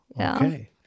Okay